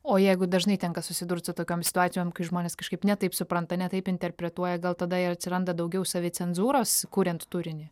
o jeigu dažnai tenka susidurt su tokiom situacijom kai žmonės kažkaip ne taip supranta ne taip interpretuoja gal tada ir atsiranda daugiau savicenzūros kuriant turinį